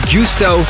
Gusto